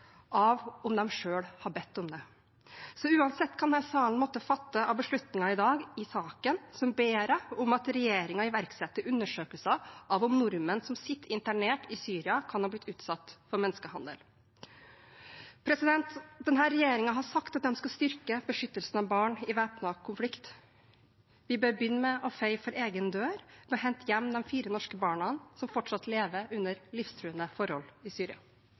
av om de selv har bedt om det. Så uansett hva denne salen måtte fatte av beslutninger i dag i saken, ber jeg om at regjeringen iverksetter undersøkelser av om nordmenn som sitter internert i Syria, kan ha blitt utsatt for menneskehandel. Denne regjeringen har sagt at de skal styrke beskyttelsen av barn i væpnet konflikt. Vi bør begynne med å feie for egen dør ved å hente hjem de fire norske barna som fortsatt lever under livstruende forhold i Syria.